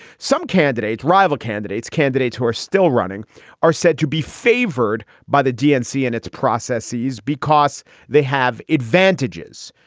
some candidates, rival candidates, candidates who are still running are said to be favored by the dnc and its processes because they have advantages,